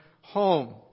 home